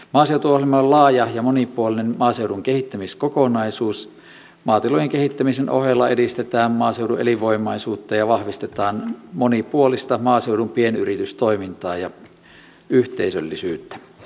maaseutuohjelma on laaja ja monipuolinen maaseudun kehittämiskokonaisuus maatilojen kehittämisen ohella edistetään maaseudun elinvoimaisuutta ja vahvistetaan monipuolista maaseudun pienyritystoimintaa ja yhteisöllisyyttä